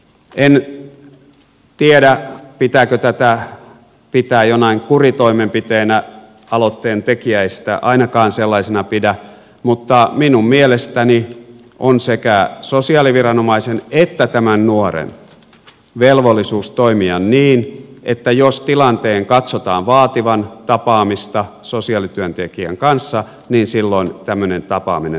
en tiedä pitääkö tätä pitää jonain kuritoimenpiteenä aloitteen tekijä ei sitä ainakaan sellaisena pidä mutta minun mielestäni on sekä sosiaaliviranomaisen että tämän nuoren velvollisuus toimia niin että jos tilanteen katsotaan vaativan tapaamista sosiaalityöntekijän kanssa niin silloin tämmöinen tapaaminen järjestettäisiin